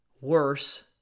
worse